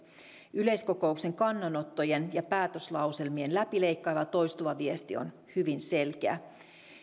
yleiskokouksen kannanottojen ja päätöslauselmien läpileikkaava toistuva viesti on hyvin selkeä